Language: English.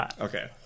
Okay